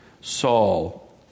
Saul